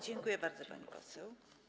Dziękuję bardzo, pani poseł.